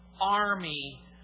army